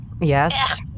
Yes